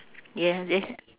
ye~ y~